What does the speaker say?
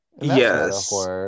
Yes